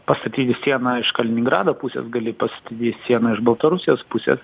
pastatyti sieną iš kaliningrado pusės gali pastatyt sieną iš baltarusijos pusės